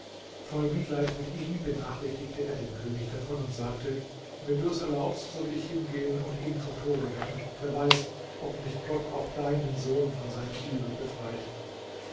voll mitleid mit ihm benachrichtigte er den könig davon und sagte wenn du es erlaubst so will ich hingehen und ihn vom tode retten wer weiß ob nicht gott auch deinen sohn von seinem übel befreit